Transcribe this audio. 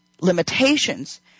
limitations